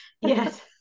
Yes